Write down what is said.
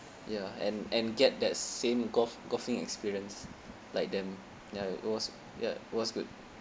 ya and and get that same golf golfing experience like them ya it was ya it was good